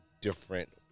different